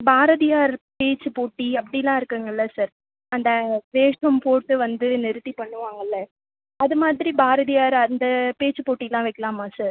பாரதியார் பேச்சுப் போட்டி அப்படிலாம் இருக்குங்கல்லே சார் அந்த வேஷம் போட்டு வந்து நிறுத்தி பண்ணுவாங்கல்லே அது மாதிரி பாரதியார் அந்த பேச்சுப் போட்டியெலாம் வைக்கலாமா சார்